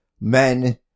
men